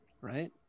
right